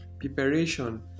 preparation